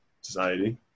society